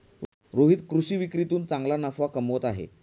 रोहित कृषी विक्रीतून चांगला नफा कमवत आहे